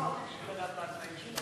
בשביל לדעת מה התנאים שלנו.